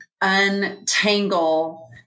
untangle